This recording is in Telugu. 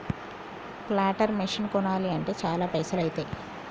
ప్లాంటర్ మెషిన్ కొనాలి అంటే చాల పైసల్ ఐతాయ్